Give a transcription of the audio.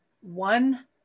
one